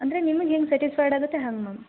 ಅಂದರೆ ನಿಮ್ಗೆ ಹೆಂಗೆ ಸೆಟಿಸ್ಫೈಡ್ ಆಗುತ್ತೆ ಹಂಗೆ ಮ್ಯಾಮ್